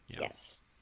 Yes